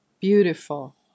Beautiful